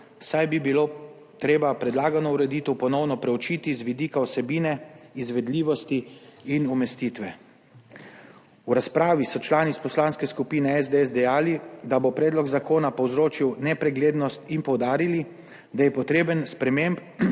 saj bi bilo treba predlagano ureditev ponovno preučiti z vidika vsebine, izvedljivosti in umestitve. V razpravi so člani iz Poslanske skupine SDS dejali, da bo predlog zakona povzročil nepreglednost, in poudarili, da je potreben sprememb